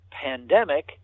pandemic